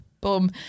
Boom